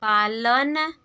पालन